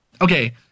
Okay